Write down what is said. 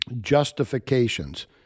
justifications